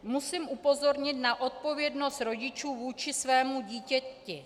Musím upozornit na odpovědnost rodičů vůči svému dítěti.